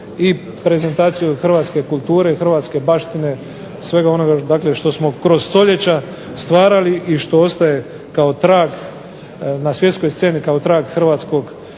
i prezentaciju hrvatske kulture i hrvatske baštine, svega onoga što smo kroz stoljeća stvarali i što ostaje kao trag na svjetskog sceni kao trag hrvatskog